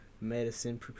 medicine